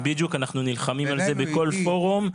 זה בדיוק, אנחנו נלחמים על זה בכל פורום.